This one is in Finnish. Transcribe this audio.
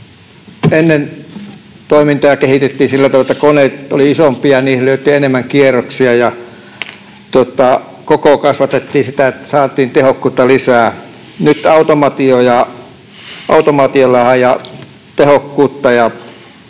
Ennen toimintoja kehitettiin sillä tavalla, että koneet olivat isompia ja niihin lyötiin enemmän kierroksia, ja niiden kokoa kasvatettiin siten, että saatiin tehokkuutta lisää. Nyt automaatio ajaa tehokkuutta